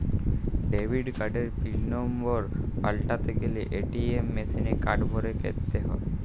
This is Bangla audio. ডেবিট কার্ডের পিল লম্বর পাল্টাতে গ্যালে এ.টি.এম মেশিলে কার্ড ভরে ক্যরতে হ্য়য়